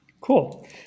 Cool